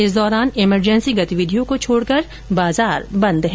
इस दौरान इमरजेंसी गतिविधियों को छोड़कर बाजार बंद हैं